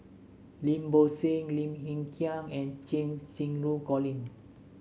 Lim Bo Seng Lim Hng Kiang and Cheng Xinru Colin